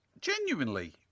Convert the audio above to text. genuinely